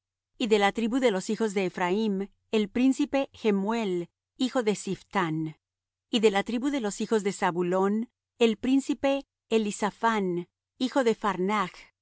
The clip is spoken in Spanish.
y de la tribu de los hijos de issachr el príncipe paltiel hijo de azan y de la tribu de los hijos de aser el príncipe ahiud hijo de